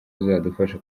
zizadufasha